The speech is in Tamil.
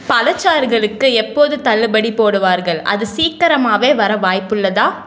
பழச்சாறுகளுக்கு எப்போது தள்ளுபடி போடுவார்கள் அது சீக்கிரமாவே வர வாய்ப்புள்ளதா